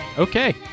Okay